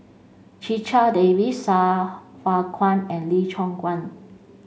Checha Davies Sai Hua Kuan and Lee Choon Guan